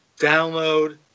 download